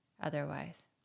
otherwise